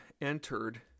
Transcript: entered